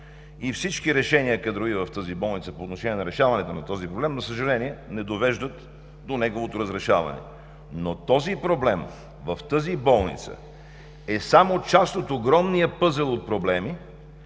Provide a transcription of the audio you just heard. и всички кадрови решения в тази болница по отношение решаването на този проблем, за съжаление, не довеждат до неговото разрешаване. Но този проблем в тази болница е само част от огромния пъзел от проблеми,